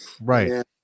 right